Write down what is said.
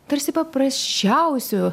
tarsi paprasčiausiu